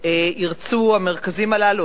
בעתיד ירצו המרכזים הללו,